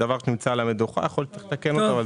זה נמצא על המדוכה ויכול להיות שצריך לתקן אותו.